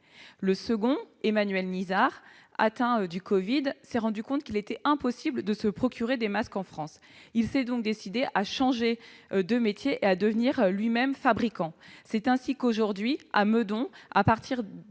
Le second, Emmanuel Nizard, atteint du Covid-19, s'est rendu compte qu'il était impossible de se procurer des masques en France. Il s'est donc décidé à changer de métier et à devenir lui-même fabricant. Aujourd'hui, à Meudon, dans une